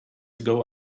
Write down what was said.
ago